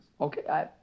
Okay